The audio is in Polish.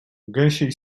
gęsiej